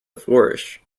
flourish